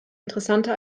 interessante